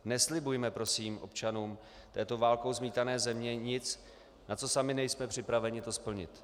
Neslibujme prosím občanům této válkou zmítané země nic, co sami nejsme připraveni splnit.